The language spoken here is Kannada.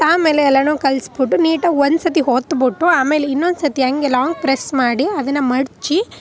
ಪಾನ್ ಮೇಲೆ ಎಲ್ಲನೂ ಕಲಸ್ಬಿಟ್ಟು ನೀಟಾಗಿ ಒಂದ್ಸರ್ತಿ ಒತ್ಬಿಟ್ಟು ಆಮೇಲೆ ಇನ್ನೊಂದು ಸರ್ತಿ ಹಾಗೆ ಲಾಂಗ್ ಪ್ರೆಸ್ ಮಾಡಿ ಅದನ್ನು ಮಡಚಿ